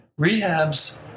rehabs